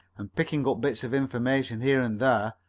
and picking up bits of information here and there,